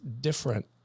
different